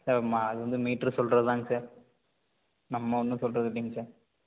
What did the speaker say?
sir ம அது வந்து மீட்ரு சொல்வதுதாங்க சார் நம்ம ஒன்றும் சொல்வது இல்லேங்க சார்